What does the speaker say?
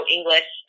English